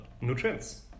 nutrients